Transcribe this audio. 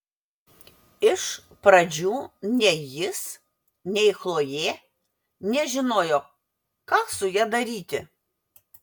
iš pradžių nei jis nei chlojė nežinojo ką su ja daryti